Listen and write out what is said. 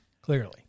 Clearly